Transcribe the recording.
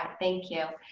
thank you.